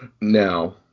now